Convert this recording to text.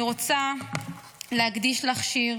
אני רוצה להקדיש לך שיר